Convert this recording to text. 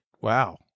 Wow